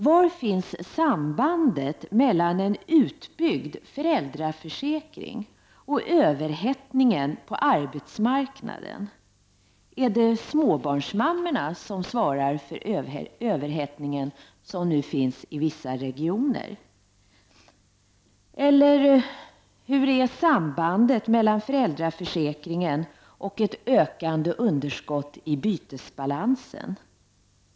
Var finns sambandet mellan en utbyggd föräldraförsäkring och överhettningen på arbetsmarknaden? Är det småbarnsmammorna som svarar för överhettningen i vissa regioner? Vilket är sambandet mellan föräldraförsäkringen och ett ökande underskott i bytesbalansen?